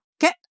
get